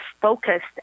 focused